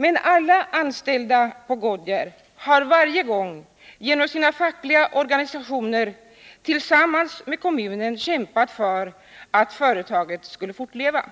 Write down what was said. Men alla anställda vid Goodyear har varje gång genom sina fackliga organisationer tillsammans med kommunen kämpat för att företaget skulle fortleva.